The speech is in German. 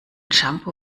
shampoo